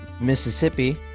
Mississippi